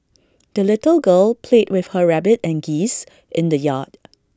the little girl played with her rabbit and geese in the yard